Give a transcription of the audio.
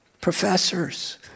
professors